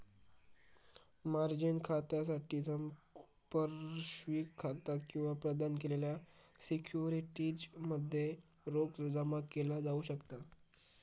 margin खात्यासाठी संपार्श्विक खाता किंवा प्रदान केलेल्या सिक्युरिटीज मध्ये रोख जमा केला जाऊ शकता